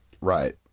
Right